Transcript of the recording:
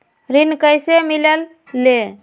ऋण कईसे मिलल ले?